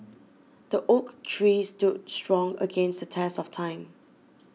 the oak tree stood strong against the test of time